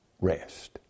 rest